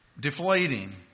deflating